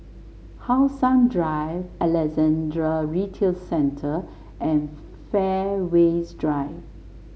How Sun Drive Alexandra Retail Centre and Fairways Drive